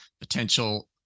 potential